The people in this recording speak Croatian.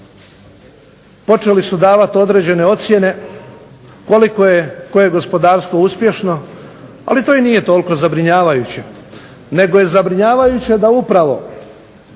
počeli su davat određene ocjene koliko je koje gospodarstvo uspješno. Ali to i nije toliko zabrinjavajuće, nego je zabrinjavajuće da upravo